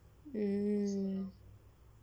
mm